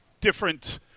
different